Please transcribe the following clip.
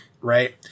right